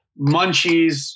munchies